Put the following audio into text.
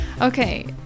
Okay